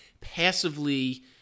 passively